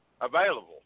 available